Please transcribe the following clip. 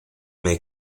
may